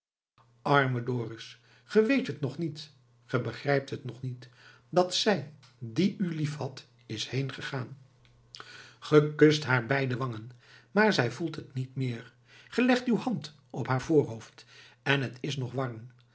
arme dorus ge weet het nog niet ge begrijpt nog niet dat zij die u liefhad is heengegaan ge kust haar beide wangen maar zij voelt het niet meer ge legt uw hand op haar voorhoofd en t is nog warm